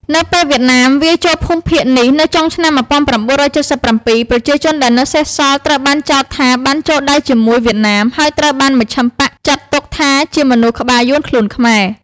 នៅពេលវៀតណាមវាយចូលភូមិភាគនេះនៅចុងឆ្នាំ ១៩៧៧ ប្រជាជនដែលនៅសេសសល់ត្រូវបានចោទថាបានចូលដៃជាមួយវៀតណាម ហើយត្រូវបានមជ្ឈិមបក្សចាត់ទុកថាជាមនុស្ស "ក្បាលយួន ខ្លួនខ្មែរ"។